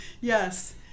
yes